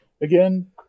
again